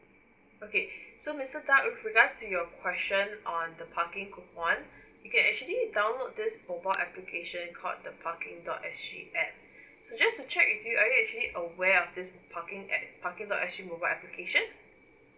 okay so mister tan with regards to your question on the parking coupon you can actually download this mobile application called the parking dot S G app so just to check with you are you actually aware of this parking app parking dot S G mobile application